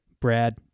Brad